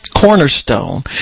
cornerstone